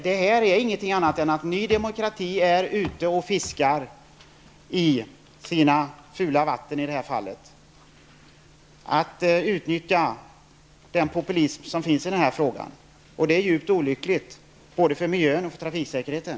Detta är inte fråga om något annat än att Ny Demokrati är ute och fiskar i grumligt vatten. Man utnyttjar den populism som finns i frågan. Det är djupt olyckligt både för miljön och för trafiksäkerheten.